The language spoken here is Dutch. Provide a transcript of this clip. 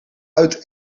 uit